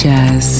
Jazz